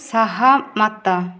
ସହମତ